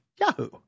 Yahoo